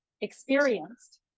experienced